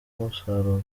umusaruro